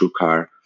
TrueCar